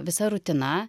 visa rutina